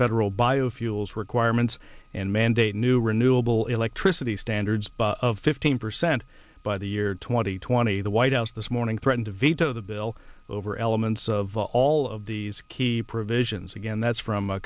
federal biofuels requirements and mandate new renewable electricity standards of fifteen percent by the year two thousand and twenty the white house this morning threatened to veto the bill over elements of all of these key provisions again that's from